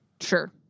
Sure